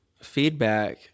feedback